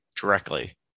directly